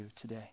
today